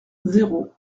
zéro